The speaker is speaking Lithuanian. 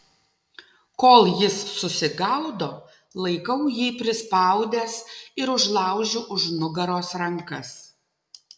kol jis susigaudo laikau jį prispaudęs ir užlaužiu už nugaros rankas